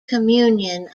communion